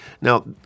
Now